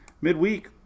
Midweek